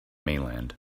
mainland